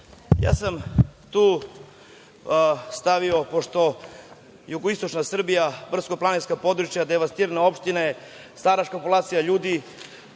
Ja sam tu stavio, pošto jugoistočna Srbija, brdsko-planinska područja, devastirane opštine, staračka populacija ljudi,